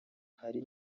hari